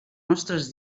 nostres